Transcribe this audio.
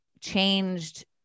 changed